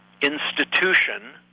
institution